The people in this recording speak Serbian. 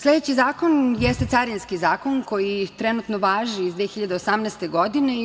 Sledeći zakon jeste Carinski zakon, koji trenutno važi, iz 2018. godine.